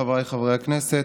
חבריי חברי הכנסת,